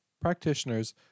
practitioners